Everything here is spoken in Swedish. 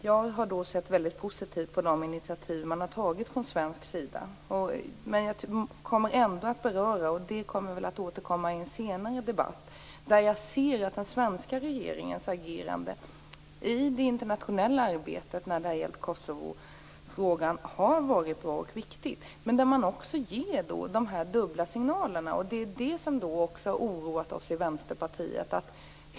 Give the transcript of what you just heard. Jag har då sett väldigt positivt på de initiativ som man har tagit från svensk sida, men jag vill ändå beröra detta - det återkommer väl i en senare debatt - när jag ser att den svenska regeringens agerande i det internationella arbetet när det har gällt Kosovofrågan har varit bra och viktigt, men där man också ger de dubbla signalerna. Det är det som har oroat oss i Vänsterpartiet.